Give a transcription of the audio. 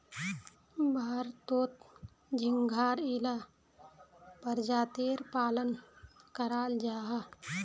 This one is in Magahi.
भारतोत झिंगार इला परजातीर पालन कराल जाहा